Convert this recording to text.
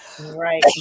Right